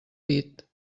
pit